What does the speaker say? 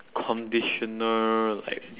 conditioner like